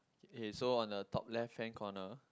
eh so on the top left hand corner